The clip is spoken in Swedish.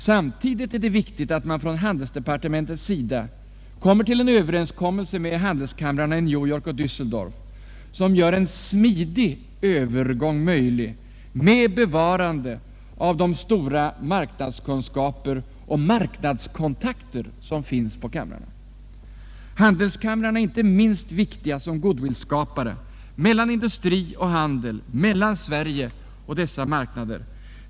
Samtidigt är det viktigt att man från handelsdepartementets sida når en överenskommelse med handelskamrarna i New York och Dusseldorf, som gör en smidig övergång möjlig med bevarande av de stora marknadskunskaper och marknadskontakter som finns på kamrarna. llandelskamrarna är inte minst viktiga som goodwill-skapare för industri och handel mellan Sverige och dessa marknader.